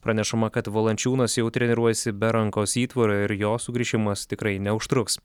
pranešama kad valančiūnas jau treniruojasi be rankos įtvaro ir jo sugrįžimas tikrai neužtruks